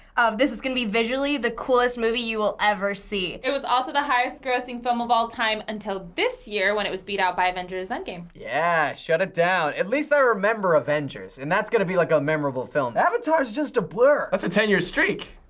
of this is gonna be visually the coolest movie you will ever see. it was also the highest grossing film of all time until this year, when it was beat out by avengers endgame. yeah! shut it down. at least i remember avengers. and that's gonna be like a memorable film. avatar is just a blur. that's a ten year streak.